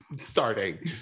starting